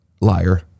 liar